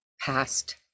past